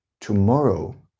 tomorrow